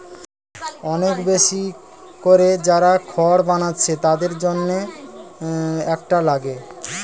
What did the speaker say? অনেক বেশি কোরে যারা খড় বানাচ্ছে তাদের জন্যে এটা লাগে